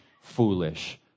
foolish